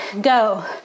Go